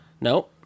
No